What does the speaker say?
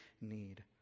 need